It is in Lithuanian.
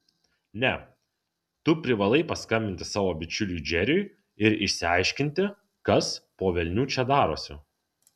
ne tu privalai paskambinti savo bičiuliui džeriui ir išsiaiškinti kas po velnių čia darosi